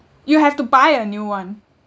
you have to buy a new one